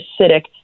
acidic